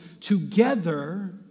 together